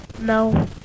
no